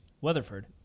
Weatherford